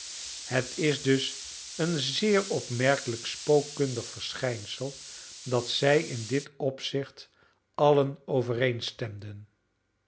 het is dus een zeer opmerkelijk spookkundig verschijnsel dat zij in dit opzicht allen